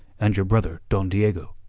and your brother don diego.